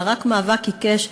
אלא רק מאבק עיקש,